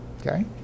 okay